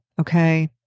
Okay